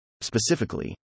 Specifically